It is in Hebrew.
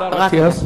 השר אטיאס.